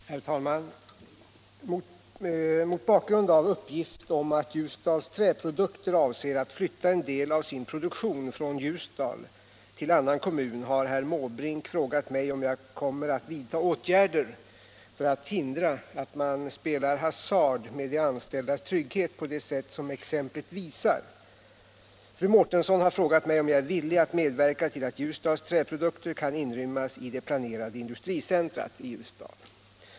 besvara dels herr Måbrinks den 3 februari anmälda fråga, Om åtgärder för att 1976 77:273, och anförde: ning av industri från Herr talman! Mot bakgrund av en uppgift om att Ljusdals Träprodukter = Ljusdal avser att flytta en del av sin produktion från Ljusdal till annan kommun har herr Måbrink frågat mig om jag kommer att vidta åtgärder för att hindra att man spelar hasard med de anställdas trygghet på det sätt som exemplet visar. Fru Mårtensson har frågat mig om jag är villig att medverka till att Ljusdals Träprodukter kan inrymmas i det planerade industricentret i Ljusdal.